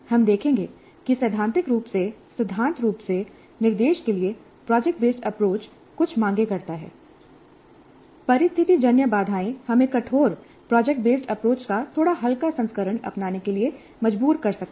हम देखेंगे कि सैद्धांतिक रूप से सिद्धांत रूप में निर्देश के लिए प्रोजेक्ट बेस्ड अप्रोच कुछ मांगें करता है परिस्थितिजन्य बाधाएं हमें कठोर प्रोजेक्ट बेस्ड अप्रोच का थोड़ा हल्का संस्करण अपनाने के लिए मजबूर कर सकती हैं